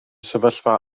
sefyllfa